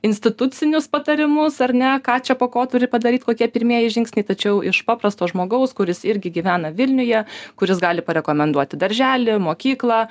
institucinius patarimus ar ne ką čia po ko turi padaryt kokie pirmieji žingsniai tačiau iš paprasto žmogaus kuris irgi gyvena vilniuje kuris gali parekomenduoti darželį mokyklą